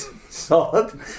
solid